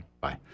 Bye